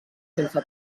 sense